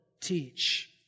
teach